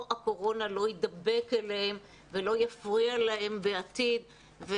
קורונה" לא תדבק בהם ולא תפריע להם בעתיד.